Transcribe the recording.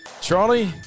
Charlie